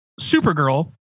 Supergirl